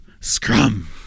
Scrum